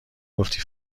گفتی